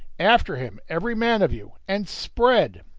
after him every man of you and spread!